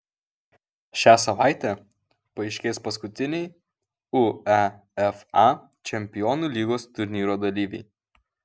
šią savaitę paaiškės paskutiniai uefa čempionų lygos turnyro dalyviai